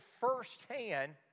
firsthand